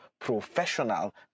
professional